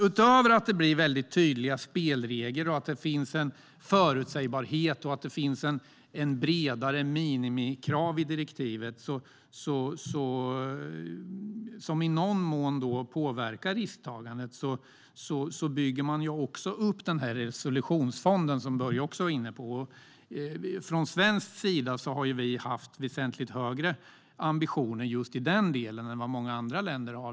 Utöver att det blir tydliga spelregler och att det finns en förutsägbarhet och ett bredare minimikrav i direktivet, som i någon mån påverkar risktagandet, bygger man också upp resolutionsfonden, som Börje också var inne på. Sverige har här betydligt högre ambitioner än många andra länder.